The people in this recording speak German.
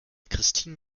christin